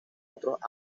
otros